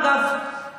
אגב,